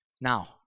Now